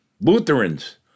Lutherans